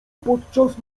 podczas